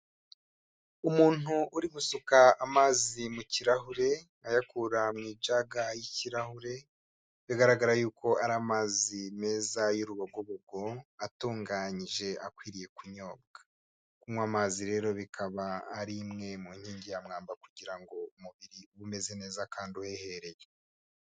Umuntu uri gusuka amazi mu kirahure ayakura mu ijaga y'ikirahure, bigaragara yuko ari amazi meza y'urubagogo atunganyije, akwiriye kunyobwa. Kunywa amazi rero bikaba ari imwe mu nkingi ya mwamba kugira ngo umubiri ube umeze neza kandi uhehereye.